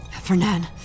Fernan